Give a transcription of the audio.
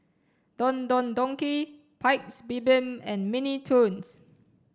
Don Don Donki Paik's Bibim and Mini Toons